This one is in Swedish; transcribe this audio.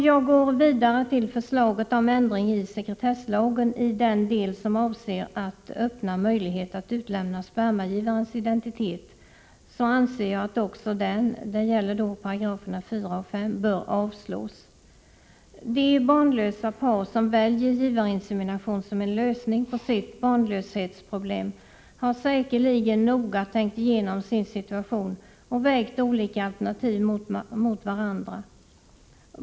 Jag går vidare till förslaget om ändring i sekretesslagen i den del som avser att öppna möjlighet att utlämna spermagivarens identitet. Jag anser att också den — det gäller då 4 och 5 §§— bör avslås. De barnlösa par som väljer givarinsemination som en lösning på sitt barnlöshetsproblem har säkerligen noga tänkt igenom sin situation och vägt olika alternativ mot varandra.